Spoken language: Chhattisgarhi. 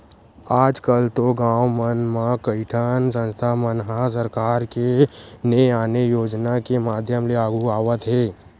आजकल तो गाँव मन म कइठन संस्था मन ह सरकार के ने आने योजना के माधियम ले आघु आवत हे